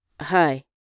hi